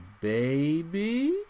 baby